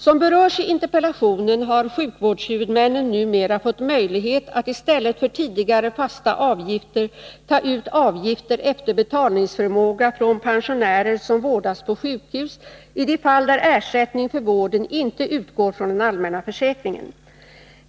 Som berörs i interpellationen har sjukvårdshuvudmännen numera fått möjlighet att i stället för tidigare fasta avgifter ta ut avgifter efter betalningsförmåga från pensionärer som vårdas på sjukhus i de fall där ersättning för vården inte utgår från den allmänna försäkringen.